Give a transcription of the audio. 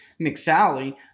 McSally